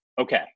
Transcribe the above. okay